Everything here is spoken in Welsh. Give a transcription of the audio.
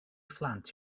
phlant